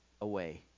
away